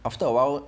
after a while